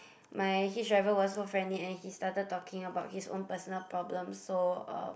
my hitch driver was so friendly and he started talking about his own personal problem so uh